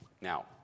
Now